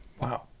Wow